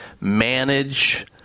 manage